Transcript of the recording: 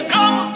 Come